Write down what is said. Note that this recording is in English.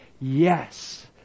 Yes